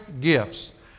gifts